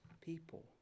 people